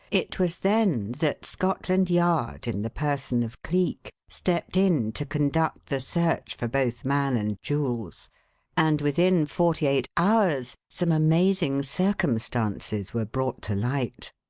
it was then that scotland yard, in the person of cleek, stepped in to conduct the search for both man and jewels and within forty-eight hours some amazing circumstances were brought to light.